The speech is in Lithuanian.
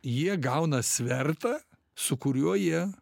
jie gauna svertą su kuriuo jie